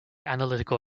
analytical